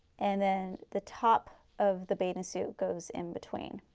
and then the top of the bathing suit goes in between.